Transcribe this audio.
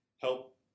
help